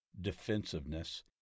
defensiveness